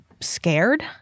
scared